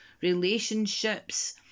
relationships